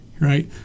right